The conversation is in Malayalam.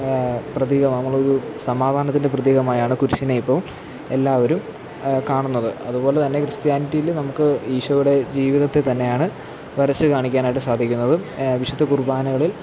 പ്രതീകമാണ് നമ്മളൊരു സമാധാനത്തിന്റെ പ്രതീകമായാണ് കുരിശിനെ ഇപ്പോൾ എല്ലാവരും കാണുന്നത് അതു പോലെ തന്നെ ക്രിസ്ത്യാനിറ്റിയിൽ നമുക്ക് ഈശോയുടെ ജീവിതത്തെ തന്നെയാണ് വരച്ചു കാണിക്കാനായിട്ടു സാധിക്കുന്നതും വിശുദ്ധ കുര്ബാനകളില്